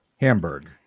Hamburg